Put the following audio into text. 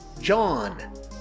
John